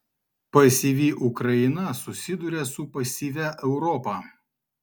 pasyvi ukraina susiduria su pasyvia europa